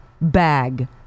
bag